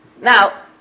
Now